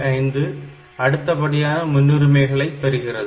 5 அடுத்தபடியான முன்னுரிமைகளை பெறுகிறது